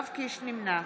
נמנע